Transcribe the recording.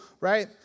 right